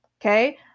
Okay